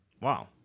Wow